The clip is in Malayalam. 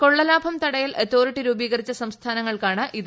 കൊള്ളലാഭം തടയൽ അതോറിറ്റി രൂപീകരിച്ച സംസ്ഥാനങ്ങൾക്കാണ് ഇത് ബാധകം